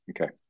Okay